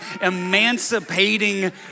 emancipating